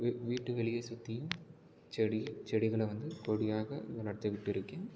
வீட்டு வெளியே சுற்றி செடி செடிகளை வந்து கொடியாக வளர்த்துக்கிட்டு இருக்கேன்